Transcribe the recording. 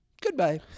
Goodbye